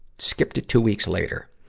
skip to two weeks later.